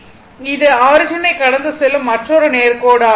இது ஆரிஜினை கடந்து செல்லும் மற்றொரு நேர்கோடு ஆகும்